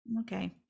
Okay